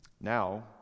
Now